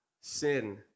sin